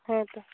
ᱦᱮᱸ ᱛᱳ